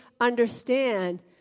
understand